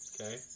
Okay